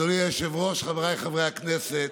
אדוני היושב-ראש, חבריי חברי הכנסת,